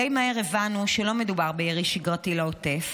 די מהר הבנו שלא מדובר בירי שגרתי לעוטף,